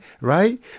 right